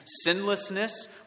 sinlessness